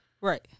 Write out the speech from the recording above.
Right